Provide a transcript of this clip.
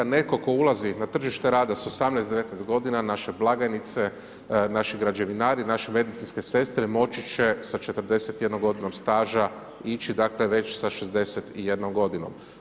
Netko tko ulazi na tržište rada sa 18, 19 godina, naše blagajnice, naši građevinari, naše medicinske sestre moći će se 41 godinom staža ići dakle već sa 61 godinom.